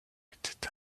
était